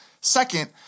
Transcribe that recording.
Second